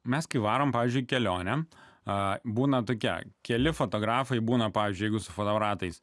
mes gi varome pavyzdžiui kelionę a būna tokia keli fotografai būna pavyzdžiui jeigu su fotoaparatais